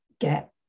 get